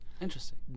Interesting